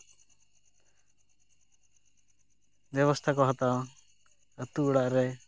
ᱵᱮᱵᱚᱥᱛᱷᱟ ᱠᱚ ᱦᱟᱛᱟᱣᱟ ᱟᱛᱳ ᱚᱲᱟᱜ ᱨᱮ